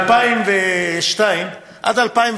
עד 2002